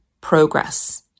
progress